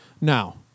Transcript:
Now